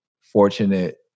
fortunate